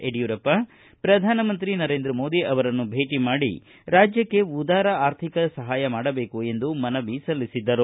ಯಡಿಯೂರಪ್ಪ ಅವರು ಪ್ರಧಾನಮಂತ್ರಿ ನರೇಂದ್ರ ಮೋದಿ ಅವರನ್ನು ಭೇಟಿ ಮಾಡಿ ರಾಜ್ಯಕ್ಷೆ ಉದಾರ ಆರ್ಥಿಕ ಸಹಾಯ ಮಾಡಬೇಕೆಂದು ಮನವಿ ಸಲ್ಲಿಸಿದ್ದರು